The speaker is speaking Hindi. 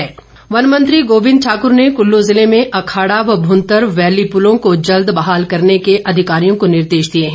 गोविंद ठाकुर वन मंत्री गोविंद ठाकुर ने कुल्लू जिले में अखाड़ा व भुंतर बैली पुलों को जल्द बहाल करने के अधिकारियों को निर्देश दिए हैं